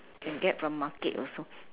can get from market also